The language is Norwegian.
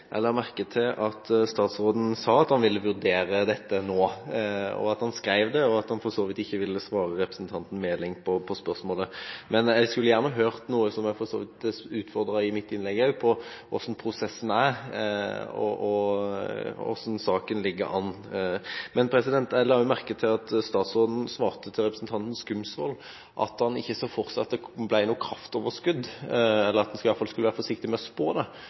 Jeg la merke til at statsråden sa at han ville vurdere dette nå, og at han skrev det, og at han for så vidt ikke ville svare representanten Meling på spørsmålet. Men jeg skulle gjerne hørt noe, som jeg for så vidt utfordret på i mitt innlegg også, om hvordan prosessen er, og hvordan saken ligger an. Jeg la merke til at statsråden svarte representanten Skumsvoll at han ikke så for seg at det ble noe kraftoverskudd, eller at en i hvert fall skulle være forsiktig med å spå det.